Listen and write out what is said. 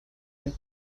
ein